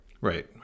Right